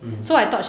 mm